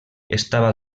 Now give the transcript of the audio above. estava